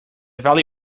valley